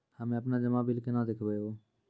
हम्मे आपनौ जमा बिल केना देखबैओ?